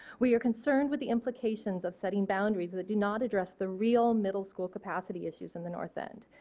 we are concerned with the implications of setting boundaries that do not address the real middle school capacity issues in the north end.